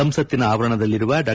ಸಂಸತ್ತಿನ ಆವರಣದಲ್ಲಿರುವ ಡಾ